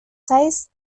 size